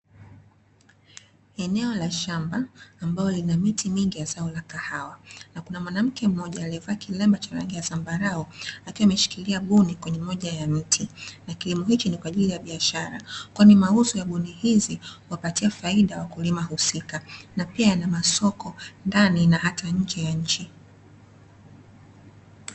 Eneo la shamba ambalo lina miti mingi ya zao la kahawa na kuna mwanamke mmoja akiwa amevaa kiremba cha rangi ya zambarau akiwa ameshikilia buni kwenye moja ya mti. Na kilimo hiki ni kwa ajili ya biashara kwani mauzo ya buni hizi huwapatia faida wakulima husika na pia yana masoko ndani na hata nje ya nchi.